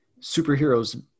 superheroes